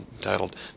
titled